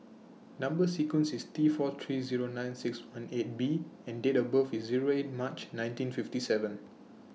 Number sequence IS T four three Zero nine six one eight B and Date of birth IS Zero eight March nineteen fifty seven